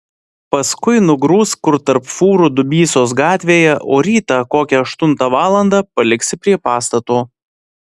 paskui nugrūsk kur tarp fūrų dubysos gatvėje o rytą kokią aštuntą valandą paliksi prie pastato